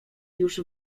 już